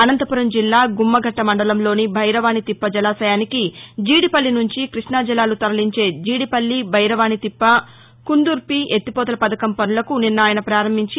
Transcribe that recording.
అనంతపురం జిల్లా గుమ్మఘట్ట మండలంలోని భైరవానితిప్ప జలాశయానికి జీడిపల్లి నుంచి కృష్ణా జలాలు తరలించే జీడిపల్లి బైరవానితిప్ప కుందుర్పి ఎత్తిపోతల పథకం పనులకు నిన్న ఆయన ప్రారంభించి